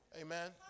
Amen